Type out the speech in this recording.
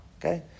okay